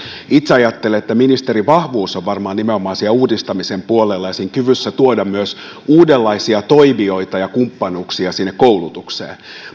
itse ajattelen että ministerin vahvuus on varmaan nimenomaan siellä uudistamisen puolella ja siinä kyvyssä tuoda myös uudenlaisia toimijoita ja kumppanuuksia sinne koulutukseen